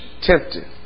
tempted